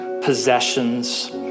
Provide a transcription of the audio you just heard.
possessions